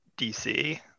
DC